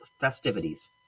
festivities